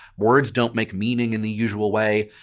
words don't make meaning in the usual way,